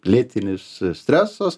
lėtinis stresas